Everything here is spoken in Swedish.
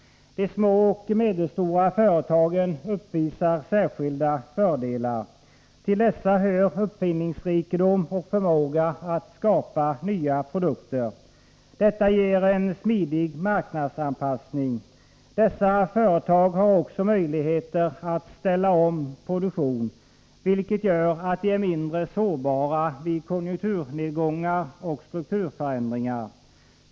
De små och medelstora företagen uppvisar särskilda fördelar. Till dessa hör uppfinningsrikedom och förmåga att skapa nya produkter. Detta ger en smidig marknadsanpassning. Dessa företag har också möjligheter att ställa om produktionen, vilket gör att de är mindre sårbara vid konjunkturnedgångar och strukturförändringar.